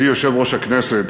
ידידי יושב-ראש הכנסת,